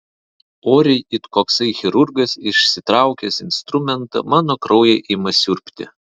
oriai it koksai chirurgas išsitraukęs instrumentą mano kraują ima siurbti